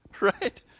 Right